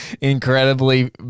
incredibly